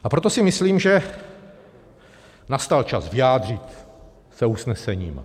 A proto si myslím, že nastal čas vyjádřit se usnesením.